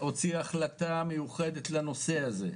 שהוציא החלטה מיוחדת לנושא הזה.